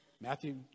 Matthew